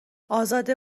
ازاده